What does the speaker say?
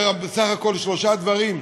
יש בסך הכול שלושה דברים,